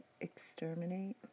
exterminate